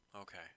Okay